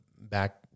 back